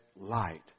light